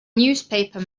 newspaper